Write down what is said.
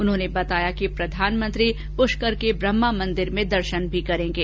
उन्होंने बताया कि प्रधानमंत्री पुष्कर के ब्रहमा मंदिर में दर्शन भी करेंगे